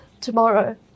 tomorrow